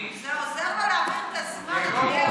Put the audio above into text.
זה עוזר לו להעביר את הזמן, אדוני היושב-ראש.